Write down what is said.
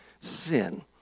sin